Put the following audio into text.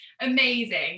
Amazing